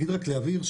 רק להבהיר,